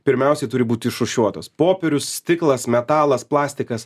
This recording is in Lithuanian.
pirmiausiai turi būti išrūšiuotos popierius stiklas metalas plastikas